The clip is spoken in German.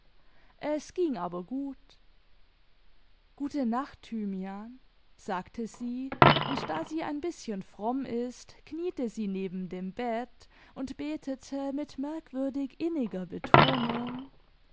es ging aber gut gute nacht thynüanl sagte sie imd da sie ein bißchen fromm ist büete sie neben dem bett und betete mit merkwürdig inniger betonung